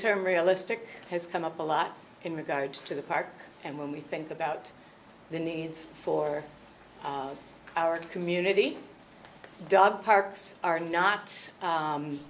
term realistic has come up a lot in regards to the park and when we think about the needs for our community dog parks are not